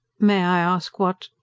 may i ask what.